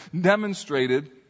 demonstrated